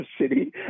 city